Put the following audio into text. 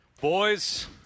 Boys